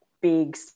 big